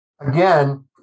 Again